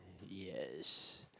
yes